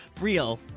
real